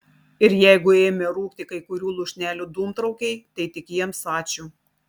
ir jeigu ėmė rūkti kai kurių lūšnelių dūmtraukiai tai tik jiems ačiū